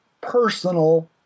personal